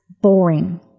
boring